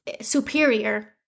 superior